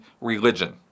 religion